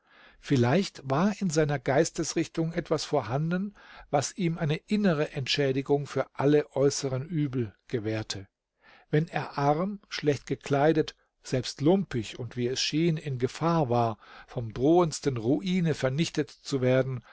vielleicht war in seiner geistesrichtung etwas vorhanden was ihm eine innere entschädigung für alle äußeren uebel gewährte wenn er arm schlecht gekleidet selbst lumpig und wie es schien in gefahr war vom drohendsten ruine vernichtet zu werden